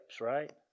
right